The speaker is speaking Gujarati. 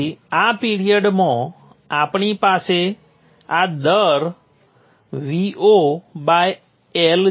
તેથી આ પિરીઅડમાં આપણી પાસે આ દર VoL છે